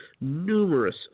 numerous